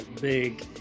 big